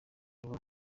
vuba